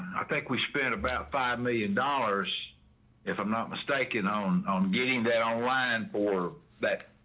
i think we spent about five million dollars if i'm not mistaken on on getting that online for that,